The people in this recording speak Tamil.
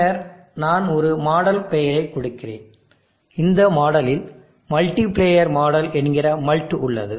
பின்னர் நான் ஒரு மாடல் பெயரைக் கொடுக்கிறேன் இந்த மாடலில் மல்டி பிளேயர் மாடல் என்கிற மல்ட் உள்ளது